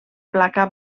placa